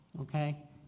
Okay